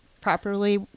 properly